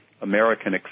American